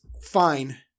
fine